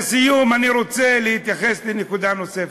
לסיום, אני רוצה להתייחס לנקודה נוספת.